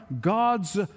God's